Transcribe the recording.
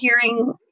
hearing